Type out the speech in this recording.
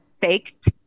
faked